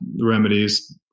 remedies